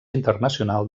internacional